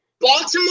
Baltimore